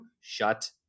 Shut